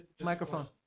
Microphone